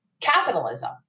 capitalism